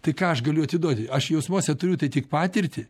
tai ką aš galiu atiduoti aš jausmuose turiu tai tik patirtį